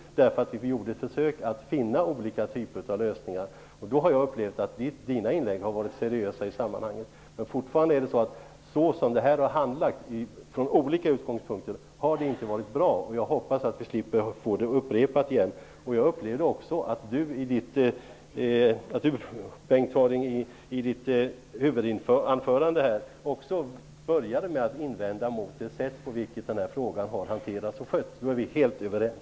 Vi gjorde då försök att komma fram till olika typer av lösningar, och jag upplevde att Bengt Harding Olsons inlägg i de sammanhangen var seriösa. Men det kvarstår att den handläggning som har skett ur olika utgångspunkter inte har varit bra. Jag hoppas att vi slipper få en upprepning av detta. Bengt Harding Olson började i sitt huvudanförande att invända mot det sätt på vilket denna fråga har hanterats, och på den punkten är vi helt överens.